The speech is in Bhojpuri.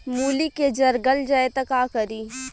मूली के जर गल जाए त का करी?